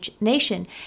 nation